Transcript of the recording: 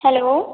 hello